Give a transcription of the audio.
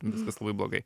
viskas labai blogai